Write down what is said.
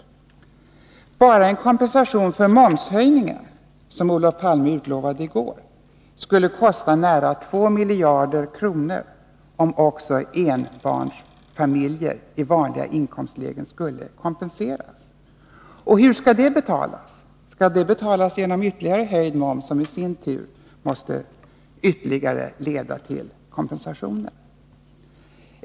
Enbart en kompensation för momshöjningen, som Olof Palme utlovade i går, skulle kosta nära 2 miljarder kronor, om också enbarnsfamiljer i vanliga inkomstlägen skulle kompenseras. Hur skall det betalas? Skall det betalas genom ytterligare höjd moms, som i sin tur måste leda till ytterligare kompensationer?